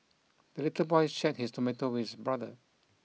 the little boy shared his tomato with his brother